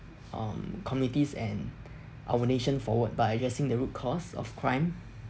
um communities and our nation forward by addressing the root cause of crime